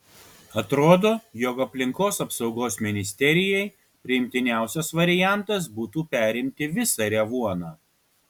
atrodo jog aplinkos apsaugos ministerijai priimtiniausias variantas būtų perimti visą revuoną